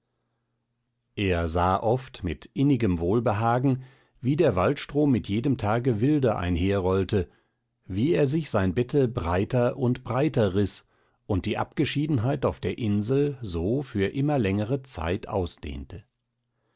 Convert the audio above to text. er sah oftmals mit innigem wohlbehagen wie der waldstrom mit jedem tage wilder einherrollte wie er sich sein bette breiter und breiter riß und die abgeschiedenheit auf der insel so für immer längere zeit ausdehnte